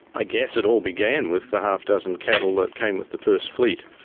i guess it all began with the half-dozen cattle that came with the first fleet.